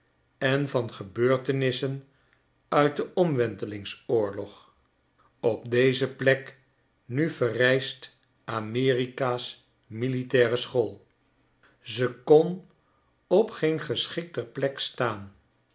en van gebeurtenissen u it den omwentelingsoorlog op deze plek nu verrijst amerika's militaire school ze kon op geen geschikter plek staan